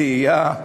תהייה,